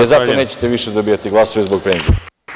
E, zato nećete više dobijati glasove zbog penzija.